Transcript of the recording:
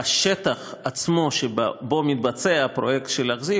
בשטח עצמו שבו מתבצע פרויקט אכזיב,